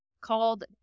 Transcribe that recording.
called